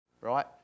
right